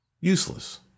Useless